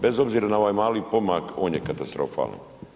Bez obzira na ovaj mali pomak, on je katastrofalan.